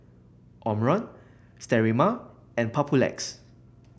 Omron Sterimar and Papulex